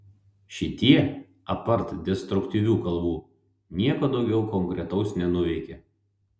šitie apart destruktyvių kalbų nieko daugiau konkretaus nenuveikė